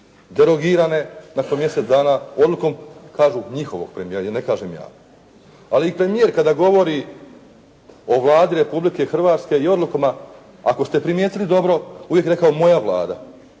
derogirane nakon mjesec dana odlukom kažu njihovog premijera, ne kažem ja. Ali i premijer kada govori o Vladi Republike Hrvatske i odlukama, ako ste primijetili dobro, uvijek je rekao moja Vlada.